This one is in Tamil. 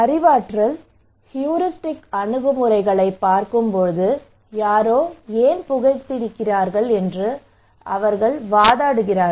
அறிவாற்றல் ஹியூரிஸ்டிக் அணுகுமுறைகளைப் பார்க்கும்போது யாரோ ஏன் புகைக்கிறார்கள் என்று அவர்கள் வாதிடுகிறார்கள்